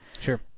sure